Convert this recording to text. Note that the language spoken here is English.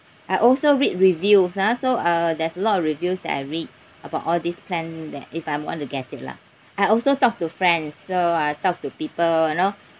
I also read reviews ah so uh there's a lot of reviews that I read about all these plan that if I want to get it lah I also talk to friends so I talk to people you know